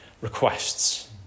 requests